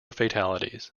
fatalities